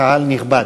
קהל נכבד,